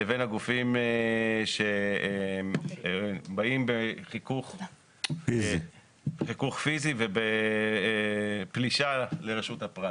לבין הגופים שבאים בחיכוך פיזי ובפלישה לרשות הפרט